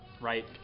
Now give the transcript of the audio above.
right